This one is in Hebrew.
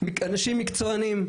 אנשים מקצוענים,